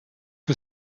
que